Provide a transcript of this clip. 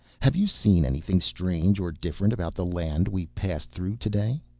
have you seen anything strange or different about the land we passed through today.